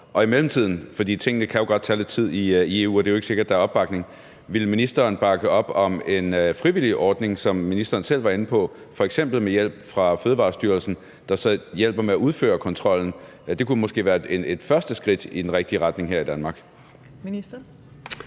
i mellemtiden – for tingene kan jo godt tage lidt tid i EU, og det er ikke sikkert, at der er opbakning – bakke op om en frivillig ordning, som ministeren selv var inde på, f.eks. med hjælp fra Fødevarestyrelsen, der så hjælper med at udføre kontrollen? Det kunne måske være et første skridt i den rigtige retning her i Danmark.